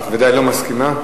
את בוודאי לא מסכימה.